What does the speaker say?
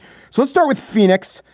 so let's start with phoenix.